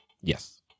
Yes